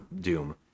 Doom